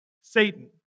Satan